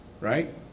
right